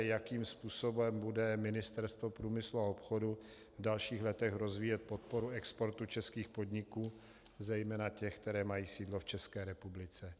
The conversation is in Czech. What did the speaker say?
Jakým způsobem bude Ministerstvo průmyslu a obchodu v dalších letech rozvíjet podporu exportu českých podniků, zejména těch, které mají sídlo v České republice?